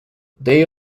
they